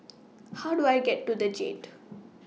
How Do I get to The Jade